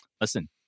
listen